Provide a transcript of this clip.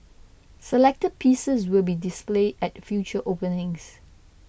selected pieces will be displayed at future openings